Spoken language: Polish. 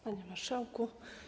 Panie Marszałku!